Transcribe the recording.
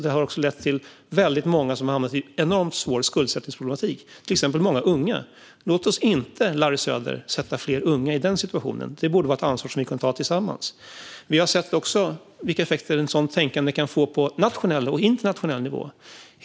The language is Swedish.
Den har också lett till att väldigt många har hamnat i en enormt svår skuldsättningsproblematik, till exempel många unga. Låt oss inte, Larry Söder, sätta fler unga i denna situation. Det borde vara ett ansvar som vi kan ta tillsammans. Vi har sett vilka effekter ett sådant tänkande kan få på både nationell och internationell nivå.